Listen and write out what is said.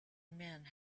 men